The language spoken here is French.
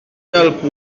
pour